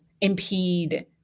impede